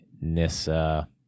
Nissa